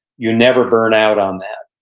you never burn out on that.